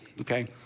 okay